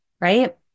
right